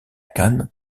khan